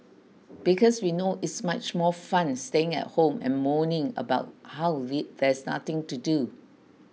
because we know it's much more fun staying at home and moaning about how they there's nothing to do